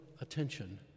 attention